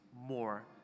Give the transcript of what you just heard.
more